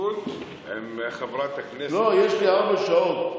נדיבות עם חברת הכנסת, לא, יש לי ארבע שעות.